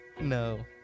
No